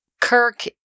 Kirk